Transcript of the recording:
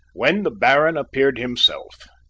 when the baron appeared himself.